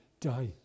die